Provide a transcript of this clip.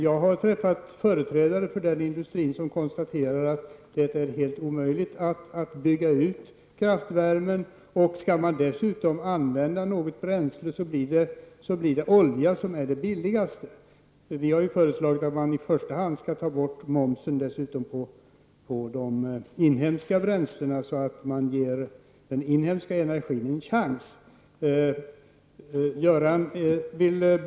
Jag har träffat företrädare för den industrin som konstaterat att det blir helt omöjligt att bygga ut kraftvärmen. Skall man dessutom använda något bränsle, blir olja det billigaste. Miljöpartiet har föreslagit att man i första hand skall ta bort momsen på de inhemska bränslena så att man ger den inhemska energin en chans.